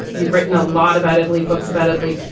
you've written a lot about italy, books about adley.